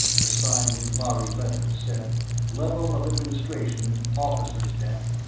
the sign in lhari letters said level of administration officers' deck.